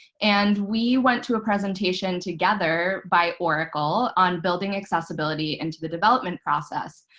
and we went to a presentation together by oracle on building accessibility into the development process.